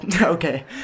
okay